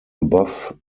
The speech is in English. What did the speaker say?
above